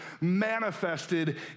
manifested